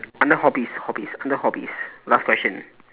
under hobbies hobbies under hobbies last question